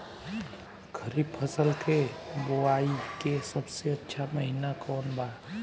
खरीफ फसल के बोआई के सबसे अच्छा महिना कौन बा?